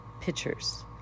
pictures